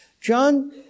John